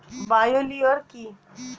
Bio লিওর কি?